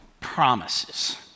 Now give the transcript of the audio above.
promises